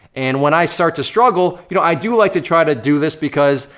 and when i start to struggle, you know, i do like to try to do this because,